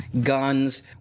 guns